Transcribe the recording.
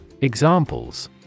Examples